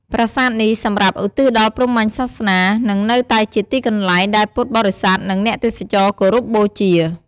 ប្រាសាទនេះសម្រាប់ ឧទ្ទិសដល់ព្រហ្មញ្ញសាសនា និងនៅតែជាទីកន្លែងដែលពុទ្ធបរិស័ទ និងអ្នកទេសចរគោរពបូជា។